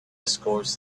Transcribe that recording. escorts